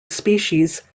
species